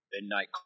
midnight